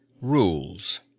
Rules